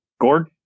Gord